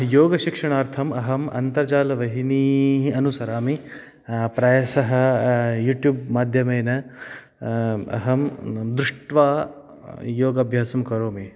योगशिक्षणार्थम् अहम् अन्तर्जालवाहिनीः अनुसरामि प्रायशः यूट्यूब् माध्यमेन अहं दृष्ट्वा योगाभ्यासं करोमि